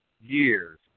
years